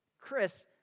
Chris